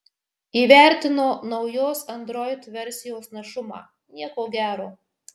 įvertino naujos android versijos našumą nieko gero